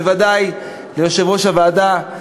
וודאי ליושב-ראש הוועדה,